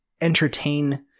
entertain